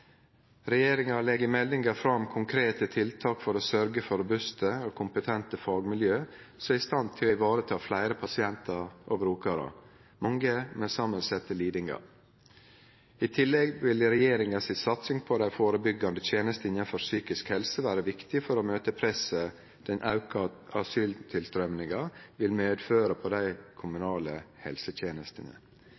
Regjeringa legg i meldinga fram konkrete tiltak for å sørgje for robuste og kompetente fagmiljø som er i stand til å vareta fleire pasientar og brukarar, mange med samansette lidingar. I tillegg vil regjeringa si satsing på dei førebyggjande tenestene innanfor psykisk helse vere viktig for å møte presset den auka asyltilstrøyminga vil medføre på dei